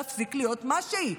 להפסיק להיות מה שהיא,